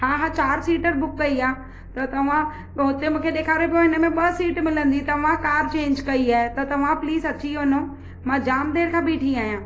हा हा चारि सीटर बुक कई आहे त तव्हां उते मूंखे ॾेखारे पियो हिन में ॿ सीट मिलंदी त मां कार चेंज कई आहे तव्हां प्लीज़ अची वञो मां जामु देरि खां बीठी आहियां